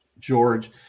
George